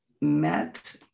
met